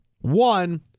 One